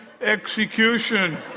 execution